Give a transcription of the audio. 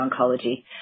Oncology